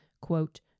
quote